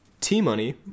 T-Money